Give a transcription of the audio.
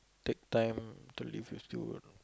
take time to live with still will